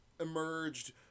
emerged